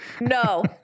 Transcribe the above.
No